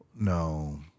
No